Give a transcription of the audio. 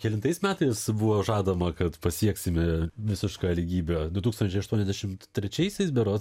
kelintais metais buvo žadama kad pasieksime visišką lygybę du tūkstančiai aštuoniasdešimt trečiaisiais berods